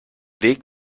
weg